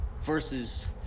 versus